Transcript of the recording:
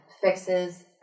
fixes